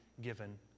given